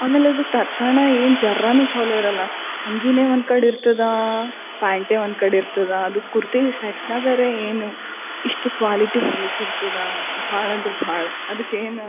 ಆಮೇಲೆ ಅದು ತರಿಸೋಣ ಏನು ಜರನು ಚಲೋ ಇರೋಲ್ಲ ಅಂಗೀನೇ ಒಂದು ಕಡೆ ಇರ್ತದೆ ಪ್ಯಾಂಟೇ ಒಂದು ಕಡೆ ಇರ್ತದೆ ಅದು ಕುರ್ತಿ ಸೆಟ್ನಾಗರೇ ಏನು ಇಷ್ಟು ಕ್ವಾಲಿಟಿ ಹೊಲಸು ಇರ್ತದೆ ಭಾಳ ಅಂದರೆ ಭಾಳ ಅದಕ್ಕೆ ಏನೋ